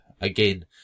again